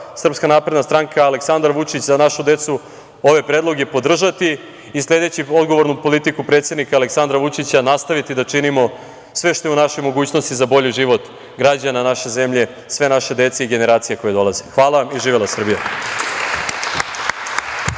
grupa SNS, Aleksandar Vučić – Za našu decu, ove predloge podržati i sledeći odgovornu politiku predsednika Aleksandra Vučića nastaviti da činimo sve što je u našoj mogućnosti za bolji život građana naše zemlje, sve naše dece i generacija koje dolaze. Hvala vam. Živela Srbija!